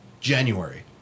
January